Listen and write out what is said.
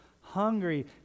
hungry